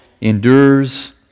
endures